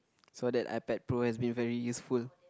so that iPad-pro has been very useful